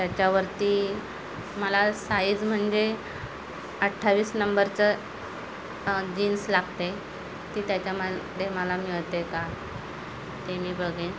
त्याच्यावरती मला साईज म्हणजे अठ्ठावीस नंबरचं जीन्स लागते ती त्याच्यामध्ये मला मिळते का ते मी बघेन